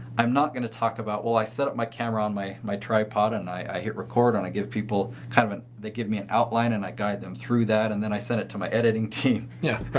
i'm not going to talk about, well, i set up my camera on my my tripod and i hit record on i give people kind of an. they give me an outline and i guide them through that. and then i sent it to my editing team. yeah.